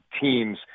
teams